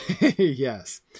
yes